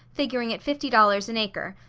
figuring at fifty dollars and acre,